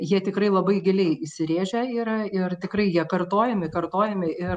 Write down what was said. jie tikrai labai giliai įsirėžę yra ir tikrai jie kartojami kartojami ir